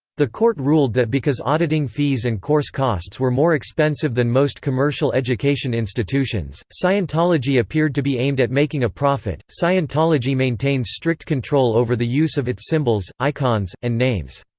the court ruled that because auditing fees and course costs were more expensive than most commercial education institutions, scientology appeared to be aimed at making a profit scientology maintains strict control over the use of its symbols, icons, and names.